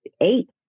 eight